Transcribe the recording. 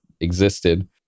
existed